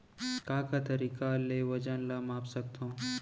का का तरीक़ा ले वजन ला माप सकथो?